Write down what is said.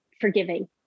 forgiving